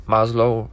Maslow